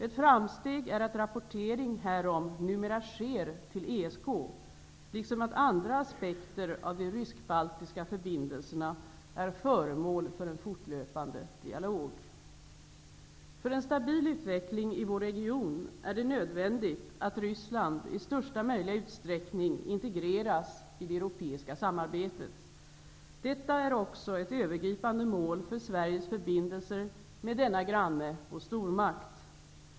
Ett framsteg är att rapportering härom numera sker till ESK, liksom att andra aspekter av de rysk-baltiska förbindelserna är föremål för en fortlöpande dialog. För en stabil utveckling i vår region är det nödvändigt att Ryssland i största möjliga utsträckning integreras i det europeiska samarbetet. Detta är också ett övergripande mål för Sveriges förbindelser med denna granne och stormakt.